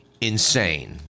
insane